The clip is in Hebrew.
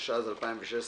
התשע"ז-2016,